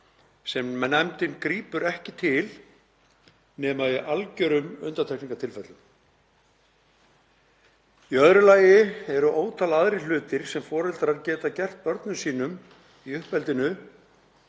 sem nefndin grípur ekki til nema í algjörum undantekningartilfellum. Í öðru lagi eru ótal aðrir hlutir sem foreldrar geta gert börnum sínum í uppeldinu